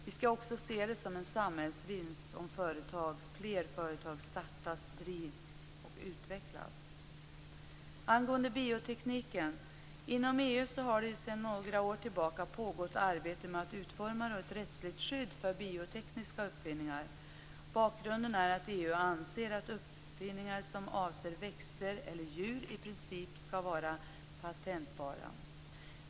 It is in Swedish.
Vi skall också se det som en samhällsvinst om fler företag startas, drivs och utvecklas. När det gäller biotekniken har det sedan några år tillbaka pågått ett arbete inom EU med att utforma ett rättsligt skydd för biotekniska uppfinningar. Bakgrunden är att EU anser att uppfinningar som avser växter eller djur i princip skall vara patentbara.